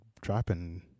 dropping